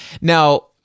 Now